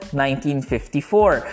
1954